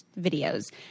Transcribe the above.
videos